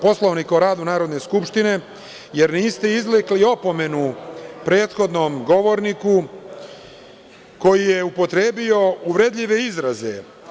Poslovnika o radu Narodne skupštine, jer niste izrekli opomenu prethodnom govorniku koji je upotrebio uvredljive izraze.